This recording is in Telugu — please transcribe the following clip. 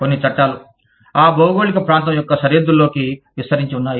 కొన్ని చట్టాలు ఆ భౌగోళిక ప్రాంతం యొక్క సరిహద్దుల్లోకి విస్తరించి ఉన్నాయి